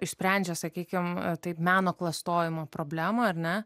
išsprendžia sakykim taip meno klastojimo problemą ar ne